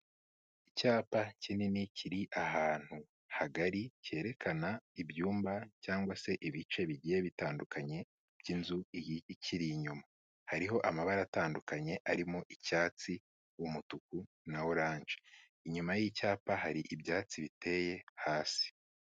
Icyapa kinini kiri ahantu hagari kerekana ibyumba se ibice bigiye bitandukanye by'inzu ikiri inyuma. Hariho amabara atandukanye arimo icyatsi umutuku na orange. Inyuma y'icyapa hari ibyatsi biteye hasi.